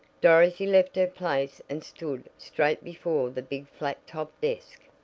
dorothy left her place and stood straight before the big flat-top desk.